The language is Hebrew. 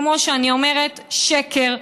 כמו שאני אומרת: שקר.